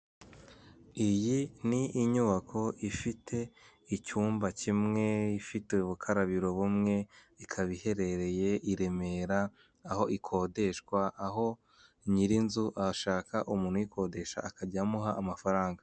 Iyi n'inyubako ifite icyumba kimwe ifite ubukarabiro bumwe ikaba iherereye Iremera aho ikodeshwa aho nyiri nzu ashaka uyikodesha akarya amuha amafaranga.